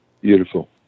Beautiful